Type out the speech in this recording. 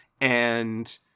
And-